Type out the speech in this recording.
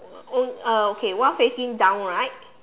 uh okay one facing down right